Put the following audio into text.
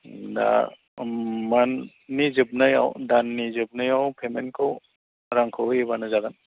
दा मान्थनि जोबनायाव दाननि जोबनायाव पेमेन्टखौ रांखौ होयोब्लानो जागोन